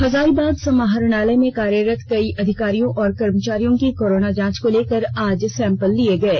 हजारीबाग समाहरणालय में कार्यरत कई अधिकारियों और कर्मचारियों की कोरोना जांच को लेकर आज सैम्पल लिये गये